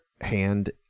hand